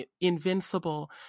Invincible